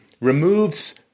removes